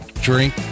drink